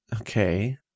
okay